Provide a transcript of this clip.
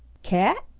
cat?